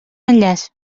enllaç